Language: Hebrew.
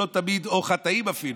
או חטאים אפילו,